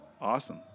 Awesome